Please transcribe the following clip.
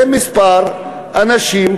זה כמה אנשים,